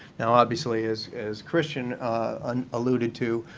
now obviously, as as christian um alluded to,